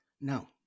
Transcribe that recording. No